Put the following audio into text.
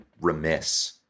remiss